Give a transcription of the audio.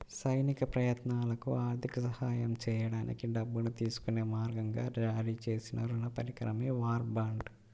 సైనిక ప్రయత్నాలకు ఆర్థిక సహాయం చేయడానికి డబ్బును తీసుకునే మార్గంగా జారీ చేసిన రుణ పరికరమే వార్ బాండ్